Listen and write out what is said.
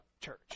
church